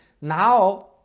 Now